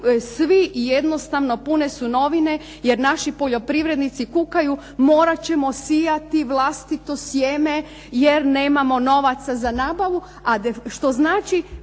Svi jednostavno, pune su novine, jer naši poljoprivrednici kukaju morat ćemo sijati vlastito sjeme jer nemamo novaca za nabavu,